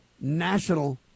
national